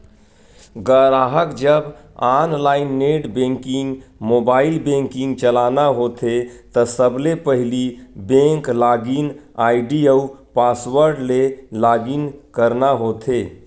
गराहक जब online net banking, mobile banking चलाना होथे त सबले पहिली बेंक लॉगिन आईडी अउ पासवर्ड ले लॉगिन करना होथे